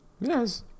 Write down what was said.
Yes